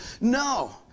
No